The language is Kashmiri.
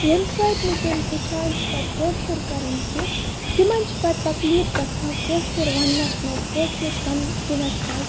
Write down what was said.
ییٚمہِ سۭتۍ نہٕ تِم ہیٚچھان چھِ پَتہٕ کٲشُر کَرُن کیٚنٛہہ تِمَن چھِ پَتہٕ تکلیف گژھان کٲشُر وَننَس منٛز کٲشُر سمجھِنَس منٛز